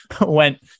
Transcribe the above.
went